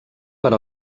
per